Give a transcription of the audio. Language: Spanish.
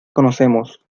conocemos